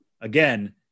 again